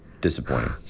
disappointing